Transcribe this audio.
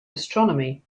astronomy